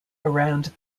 around